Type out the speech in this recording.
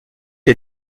est